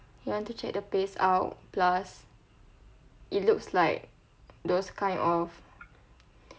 you want to check the place out plus it looks like those kind of